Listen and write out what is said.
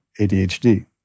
ADHD